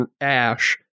Ash